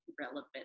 relevant